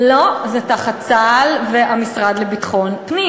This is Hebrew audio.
לא, זה תחת צה"ל והמשרד לביטחון פנים.